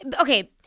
okay